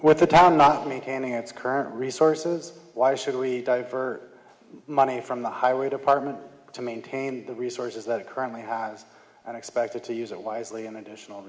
what the town not maintaining its current resources why should we divert money from the highway department to maintain the resources that it currently has and expect it to use it wisely and additional